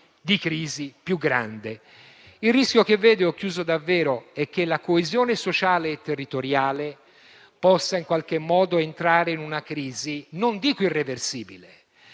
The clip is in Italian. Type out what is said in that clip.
di crisi più grande. Il rischio che vedo è che la coesione sociale e territoriale possa in qualche modo entrare in una crisi non dico irreversibile,